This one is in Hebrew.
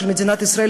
של מדינת ישראל,